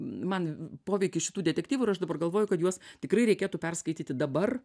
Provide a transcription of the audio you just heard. man poveikį šitų detektyvų ir aš dabar galvoju kad juos tikrai reikėtų perskaityti dabar